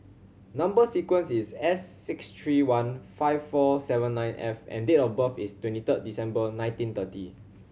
number sequence is S six three one five four seven nine F and date of birth is twenty third December nineteen thirty